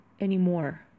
anymore